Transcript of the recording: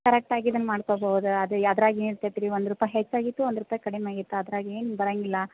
ಕರೆಕ್ಟಾಗಿ ಇದನ್ನು ಮಾಡ್ಕೋಬೌದು ಅದು ಅದರಾಗ್ ಏನು ಇರತೈತ್ರೀ ಒಂದು ರುಪಾಯಿ ಹೆಚ್ಚು ಆಗಿತ್ತು ಒಂದು ರುಪಾಯಿ ಕಡಿಮೆ ಆಗಿತ್ತು ಅದರಾಗ್ ಏನೂ ಬರಂಗಿಲ್ಲ